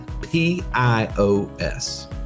P-I-O-S